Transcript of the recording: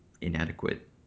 inadequate